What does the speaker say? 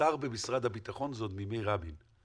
שר במשרד הביטחון זה עוד מימי רבין.